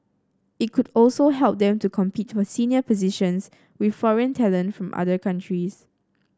it could also help them to compete for senior positions with foreign talent from other countries